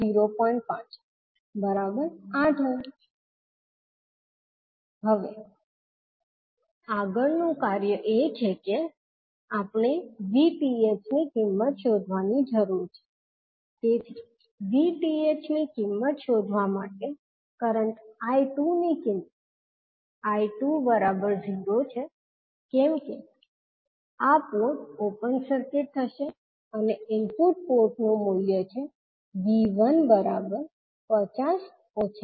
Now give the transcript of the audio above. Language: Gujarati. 58Ω હવે આગાળનું કાર્ય છે કે આપણે 𝑉𝑇ℎ ની કિંમત શોધવાની જરૂર છે તેથી 𝑉𝑇ℎ ની કિંમત શોધવા માટે કરંટ I2ની કિંમત I2 0 છે કેમ કે આ પોર્ટ ઓપન સર્કિટ થશે અને ઇનપુટ પોર્ટનું મૂલ્ય છે 𝐕1 50 10𝐈1